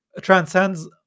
transcends